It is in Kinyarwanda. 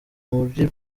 muri